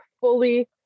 fully